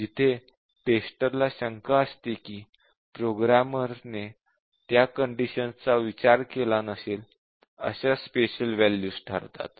जिथे टेस्टर ला शंका असते की प्रोग्रामरने त्या कंडिशन्स चा विचार केला नसेल अशा स्पेशल वॅल्यूज ठरतात